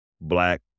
black